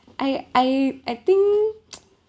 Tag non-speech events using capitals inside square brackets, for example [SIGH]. I I I think [NOISE]